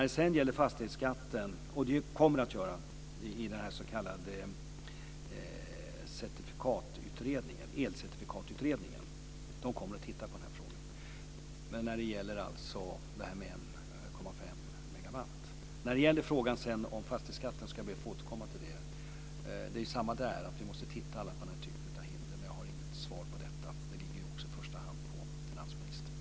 Den s.k. elcertifikatsutredningen kommer också att titta på den här frågan. När det sedan gäller frågan om fastighetsskatten ska jag be att få återkomma till den. Det är samma där: Vi måste titta på den här typen av hinder. Men jag har inget svar på detta. Det ligger också i första hand på finansministern.